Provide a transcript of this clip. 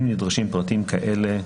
אם נדרשים פרטים כאלה,